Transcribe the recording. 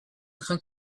crains